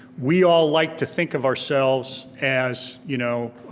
we all like to think of ourselves as, you know